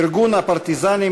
ארגון הפרטיזנים,